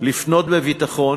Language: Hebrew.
לפנות בביטחון,